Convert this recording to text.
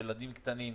ילדים קטנים.